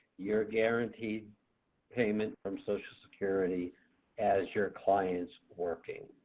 you're guaranteed payment from social security as your client's working.